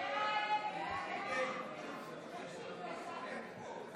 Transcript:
הסתייגות 17 לא נתקבלה.